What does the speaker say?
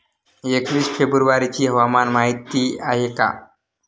एकवीस फेब्रुवारीची हवामान माहिती आहे का?